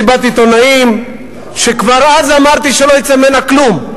מסיבת עיתונאים, שכבר אז אמרתי שלא יצא ממנה כלום.